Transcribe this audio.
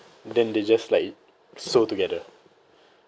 then they just like sew together